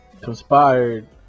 conspired